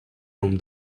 from